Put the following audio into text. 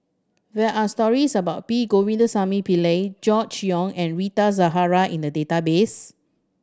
there are stories about P Govindasamy Pillai Gregory Yong and Rita Zahara in the database